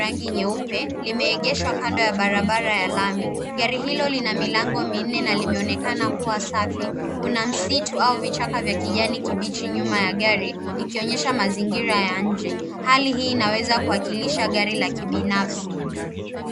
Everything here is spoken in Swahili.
rangi nyeupe limeegeshwa kando ya barabara ya lami. Gari hilo lina milango minne na linaonekana safi. Kuna msitu au vichaka vya kijani kibichi nyuma yake, ikionyesha mazingira ya nje. Hali hii inaweza kuakilisha gari la kibinafsi